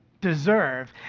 deserve